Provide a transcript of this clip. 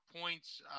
points –